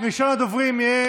ראשון הדוברים יהיה